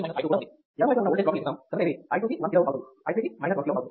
ఎడమ వైపున మేము ఓల్టేజ్ డ్రాప్ను లెక్కిస్తాము కనుక ఇది i 2 కి 1kΩ అవుతుంది i 3 కి 1kΩ అవుతుంది